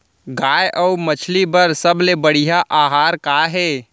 गाय अऊ मछली बर सबले बढ़िया आहार का हे?